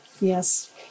yes